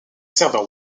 serveur